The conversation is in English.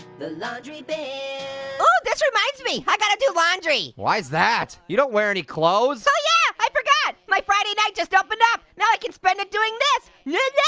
the laundry bin oh, this reminds me. i've gotta do laundry. why's that? you don't wear any clothes. oh, yeah, i forgot. my friday night just opened up. now i can spend it doing this yeah